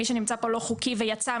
מי שנמצא כאן לא חוקי ויצא,